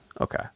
Okay